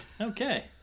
Okay